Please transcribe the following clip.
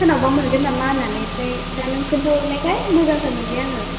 सोरनावबा मोनगोन नामा होननानै ओमफ्राय दा नों खिनथा हरनायखाय मोजांथार मोनबाय आङो